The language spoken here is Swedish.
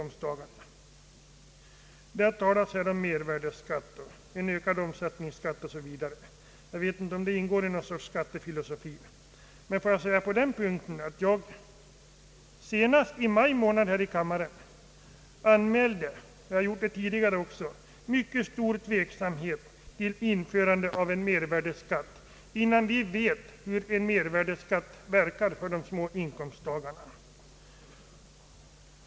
Det har här talats om mervärdeskatt, om en ökad omsättningsskatt 0. s. v.; jag vet inte om det ingår i något slags skattefilosofi från herr Söderberg när han ägnar dessa skatter viss uppmärksamhet. Men låt mig säga på den punkten, att jag senast i maj månad här i kammaren anmälde — jag har gjort det tidigare också — mycket stor tveksamhet mot att införa en mervärdeskatt innan vi vet hur en sådan verkar för de små inkomsttagarna.